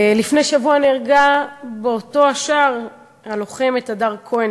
לפני שבוע נהרגה באותו השער הלוחמת הדר כהן,